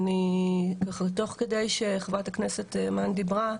אבל תוך כדי שחה"כ אימאן דיברה,